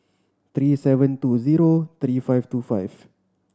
three seven two zero three five two five